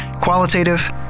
Qualitative